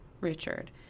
Richard